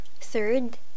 Third